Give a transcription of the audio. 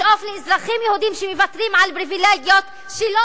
לשאוף לאזרחים יהודים שמוותרים על פריווילגיות שלא